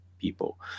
people